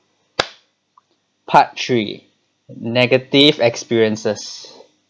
part three negative experiences